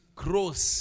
cross